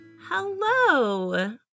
Hello